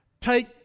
Take